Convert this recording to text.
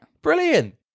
Brilliant